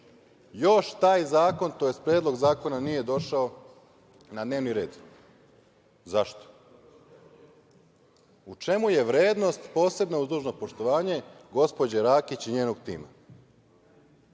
još taj zakon, tj. Predlog zakona nije došao na dnevni red. Zašto? U čemu je vrednost posebna, uz dužno poštovanje gospođe Rakić i njenog tima?